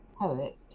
poet